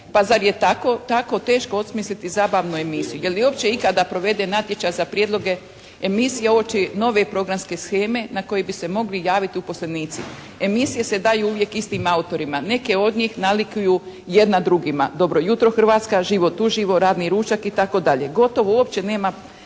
Pa zar je tako, tako teško osmisliti zabavnu emisiju? Je li uopće ikada proveden natječaj za prijedloge emisija uoči nove programske sheme na koje bi se mogli javiti uposlenici? Emisije se daju uvijek istim autorima. Neke od njih nalikuju jedna drugima. «Dobro jutro Hrvatska», «Život uživo», «Radni ručak» i tako dalje. Gotovo uopće nema